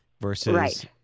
versus